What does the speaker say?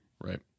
Right